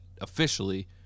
officially